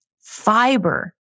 Fiber